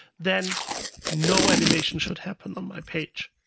then no animation should happen on my page.